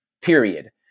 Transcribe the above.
period